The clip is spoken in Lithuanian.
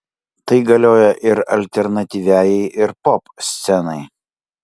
tai galioja ir alternatyviajai ir popscenai